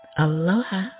Aloha